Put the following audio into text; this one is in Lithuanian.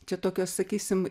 čia tokios sakysim